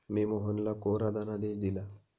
मी मोहनला कोरा धनादेश दिला